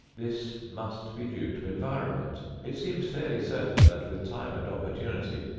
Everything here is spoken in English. this must be due to environment. it seems fairly certain that with time and opportunity,